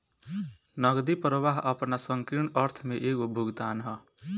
नगदी प्रवाह आपना संकीर्ण अर्थ में एगो भुगतान ह